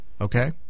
Okay